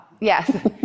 Yes